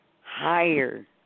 higher